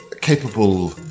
capable